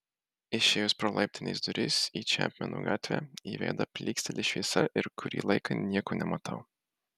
išėjus pro laiptinės duris į čepmeno gatvę į veidą plyksteli šviesa ir kurį laiką nieko nematau